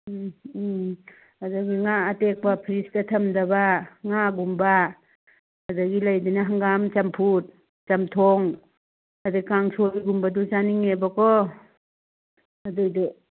ꯎꯝ ꯎꯝ ꯑꯗꯒꯤ ꯉꯥ ꯑꯇꯦꯛꯄ ꯐ꯭ꯔꯤꯖꯇ ꯊꯝꯗꯕ ꯉꯥꯒꯨꯝꯕ ꯑꯗꯒꯤ ꯂꯩꯗꯅ ꯍꯪꯒꯥꯝ ꯆꯝꯐꯨꯠ ꯆꯝꯊꯣꯡ ꯑꯗ ꯀꯥꯡꯁꯣꯏꯒꯨꯝꯕꯗꯨ ꯆꯥꯅꯤꯡꯉꯦꯕꯀꯣ ꯑꯗꯨꯏꯗꯨ